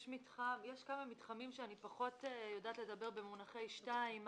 יש כמה מתחמים שאני פחות יודעת לדבר במונחי 2,